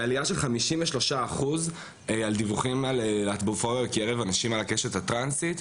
עלייה של 53% על דיווחים על להטבופוביה בקרב אנשים על הקשת הטרנסית,